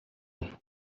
and